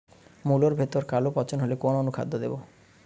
মুলোর ভেতরে কালো পচন হলে কোন অনুখাদ্য দেবো?